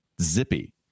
Zippy